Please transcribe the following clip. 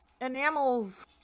enamels